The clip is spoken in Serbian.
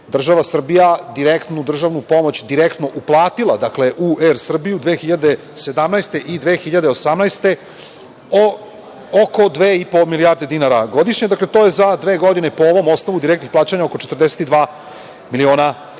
država Srbija direktnu državnu pomoć direktno uplatila u „Er Srbiju“ 2017. i 2018. godine oko 2,5 milijarde evra godišnje. Dakle, to je za dve godine, po ovom osnovu direktnih plaćanja, oko 42 miliona